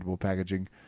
packaging